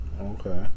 Okay